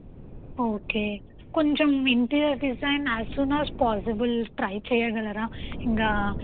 okay కొంచం interior design as soon as possible try చేయగలరా ఇంకా